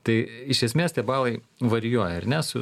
tai iš esmės tie balai varijuoja ar ne su